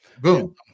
Boom